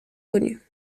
connue